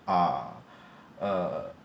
are uh